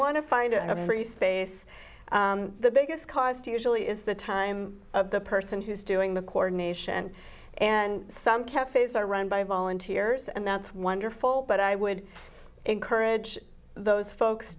want to find a space the biggest cost usually is the time of the person who's doing the coronation and some cafes are run by volunteers and that's wonderful but i would encourage those folks